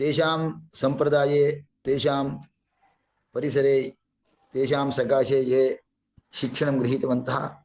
तेषां सम्प्रदाये तेषां परिसरे तेषां सकाशे ये शिक्षणं गृहीतवन्तः